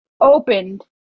opened